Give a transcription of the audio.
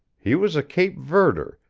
he was a cape verder,